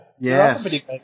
Yes